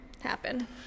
happen